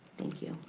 thank you.